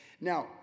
Now